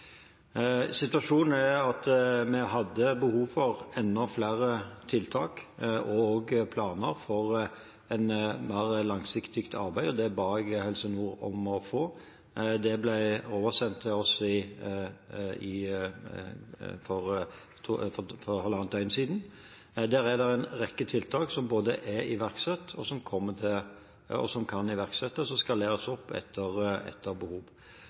planer for et mer langsiktig arbeid, og det ba jeg Helse Nord om å få. Det ble oversendt til oss for halvannet døgn siden. Der er det en rekke tiltak som både er iverksatt, og som kan iverksettes og skaleres opp etter behov. Som kjent har vi benyttet oss av avtalen som vi har med Forsvaret, og